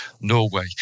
Norway